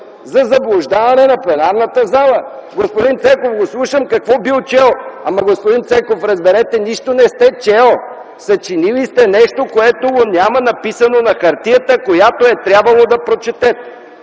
за заблуждаване на пленарната зала. Слушам господин Цеков какво бил чел. Ама, господин Цеков, разберете, нищо не сте чел. Съчинили сте нещо, което го няма написано на хартията, която е трябвало да прочетете.